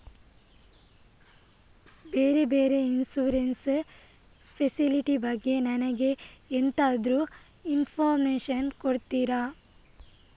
ಬೇರೆ ಬೇರೆ insurance facility ಬಗ್ಗೆ ನನಗೆ ಎಂತಾದ್ರೂ ಇನ್ಫೋರ್ಮೇಷನ್ ಕೊಡ್ತೀರಾ?